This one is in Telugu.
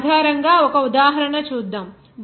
దీని ఆధారంగా ఒక ఉదాహరణ చేద్దాం